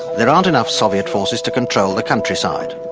there aren't enough soviet forces to control the countryside,